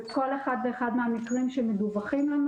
בכל אחד ואחד מהמקרים שמדווחים לנו